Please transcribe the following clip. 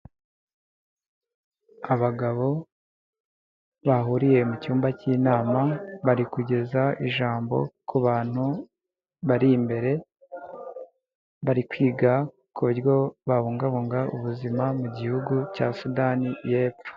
Abagabo bahuriye mucyumba cy'inama bari kugeza ijambo ku bantu bari imbere, bari kwiga ku buryo babungabunga ubuzima mu gihugu cya Sudani y'epfo.